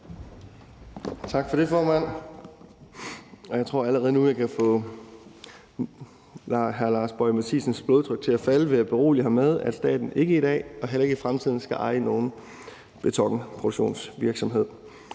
Tak for det, formand. Jeg tror allerede nu, at jeg kan få hr. Lars Boje Mathiesens blodtryk til at falde ved at berolige ham med, at staten ikke i dag og heller ikke i fremtiden skal eje nogen betonproduktionsvirksomhed.